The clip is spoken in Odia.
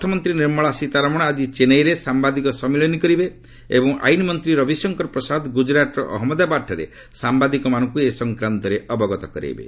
ଅର୍ଥମନ୍ତ୍ରୀ ନିର୍ମଳା ସୀତାରମଣ ଆଜି ଚେନ୍ନାଇରେ ସାମ୍ବାଦିକ ସମ୍ମିଳନୀ କରିବେ ଏବଂ ଆଇନମନ୍ତ୍ରୀ ରବିଶଙ୍କର ପ୍ରସାଦ ଗୁଜରାଟର ଅହନ୍ମଦାବାଦଠାରେ ସାମ୍ବାଦିକମାନଙ୍କୁ ଏ ସଫକ୍ରାନ୍ତରେ ଅବଗତ କରାଇବେ